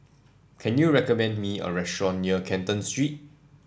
can you recommend me a restaurant near Canton Street